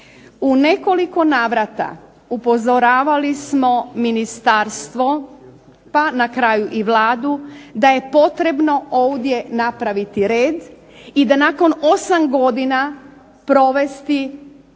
U nekoliko navrata upozoravali smo Ministarstvo, pa na kraju i Vladu, da je potrebno ovdje napraviti red i da nakon 8 godina provesti nadzor